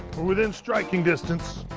within striking distance.